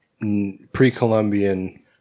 pre-Columbian